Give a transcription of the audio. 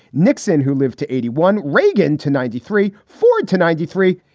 nixon, who lived to eighty one. reagan to ninety three. ford to ninety three.